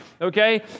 Okay